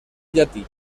llatí